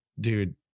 dude